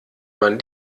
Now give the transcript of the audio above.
man